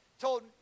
told